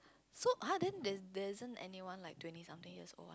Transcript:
so [huh] then there there isn't anyone like twenty something years old